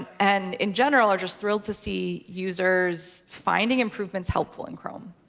and in general are just thrilled to see users finding improvements helpful in chrome.